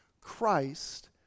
Christ